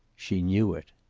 she knew it.